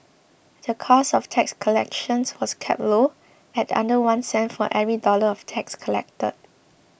the cost of tax collections was kept low at under one cent for every dollar of tax collected